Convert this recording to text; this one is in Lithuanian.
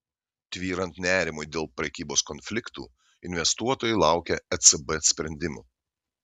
tvyrant nerimui dėl prekybos konfliktų investuotojai laukia ecb sprendimų